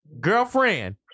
Girlfriend